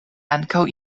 ankaŭ